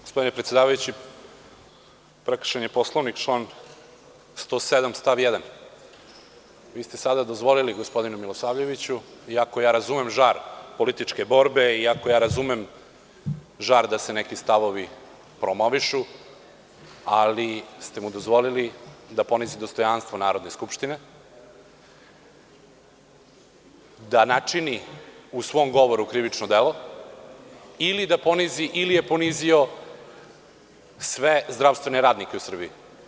Gospodine predsedavajući, prekršen je Poslovnik, član 107. stav 1. Vi ste sada dozvolili gospodinu Milosavljeviću, iako ja razumem žar političke borbe, iako razumem žar da se neki stavovi promovišu, ali ste mu dozvolili da ponizi dostojanstvo Narodne skupštine, da načini u svom govoru krivično delo ili da ponizi ili je ponizio sve zdravstvene radnike u Srbiji.